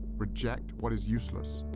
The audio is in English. reject what is useless,